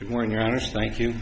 good morning your honor thank you